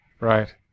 Right